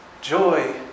Joy